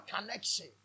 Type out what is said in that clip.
connection